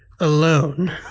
alone